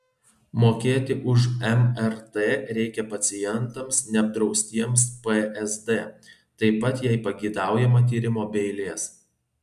mokėti už mrt reikia pacientams neapdraustiems psd taip pat jei pageidaujama tyrimo be eilės